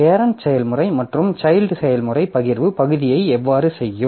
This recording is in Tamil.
பேரெண்ட் செயல்முறை மற்றும் சைல்ட் செயல்முறை பகிர்வு பகுதியை எவ்வாறு செய்யும்